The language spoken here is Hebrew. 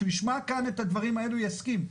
כשהוא ישמע כאן את הדברים האלה הוא יסכים.